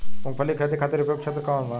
मूँगफली के खेती खातिर उपयुक्त क्षेत्र कौन वा?